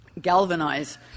galvanize